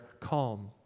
calm